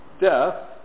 death